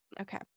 Okay